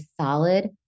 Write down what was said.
solid